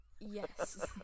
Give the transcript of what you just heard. Yes